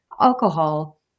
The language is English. alcohol